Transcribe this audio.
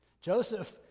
Joseph